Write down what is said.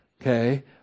Okay